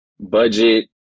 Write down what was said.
Budget